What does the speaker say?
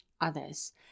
others